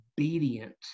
obedient